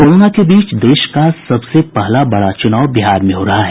corona के बीच देश का सबसे पहला बड़ा चुनाव बिहार में हो रहा है